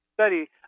study